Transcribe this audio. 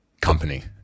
company